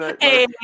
Hey